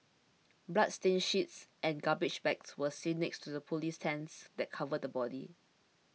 bloodstained sheets and garbage bags were seen next to the police tents that covered the body